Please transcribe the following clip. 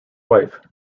wife